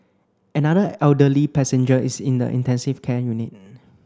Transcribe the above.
another elderly passenger is in the intensive care unit